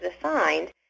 assigned